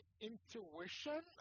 intuition